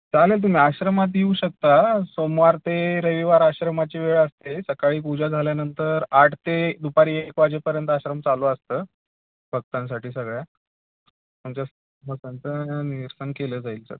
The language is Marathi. चालेल तुम्ही आश्रमात येऊ शकता सोमवार ते रविवार आश्रमाची वेळ असते सकाळी पूजा झाल्यानंतर आठ ते दुपारी एक वाजेपर्यंत आश्रम चालू असतं भक्तांसाठी सगळ्या आमच्या भक्तांचं निरसन केलं जाईल स